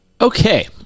okay